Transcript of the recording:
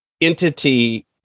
entity